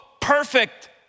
perfect